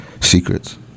Secrets